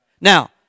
Now